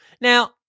now